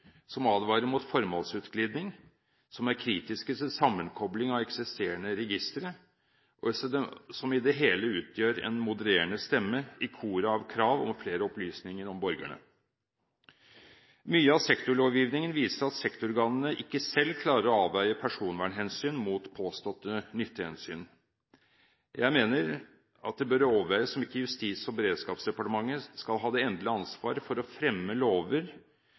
som advarer mot formålsutglidning, som er kritiske til sammenkobling av eksisterende registre, og som i det hele utgjør en modererende stemme i koret av krav om flere opplysninger om borgerne. Mye av sektorlovgivningen viser at sektororganene ikke selv klarer å avveie personvernhensyn mot påståtte nyttehensyn. Jeg mener det bør overveies om ikke Justis- og beredskapsdepartementet skal ha det endelige ansvaret for å fremme lover